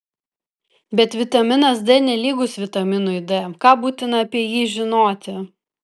bet vitaminas d nelygus vitaminui d ką būtina apie jį žinoti